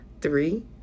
Three